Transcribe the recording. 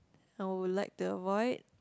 I would like to avoid